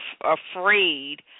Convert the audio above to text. afraid